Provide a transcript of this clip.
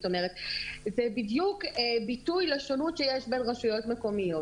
זאת אומרת זה בדיוק ביטוי לשונות שיש בין רשויות מקומיות.